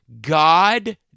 God